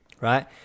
right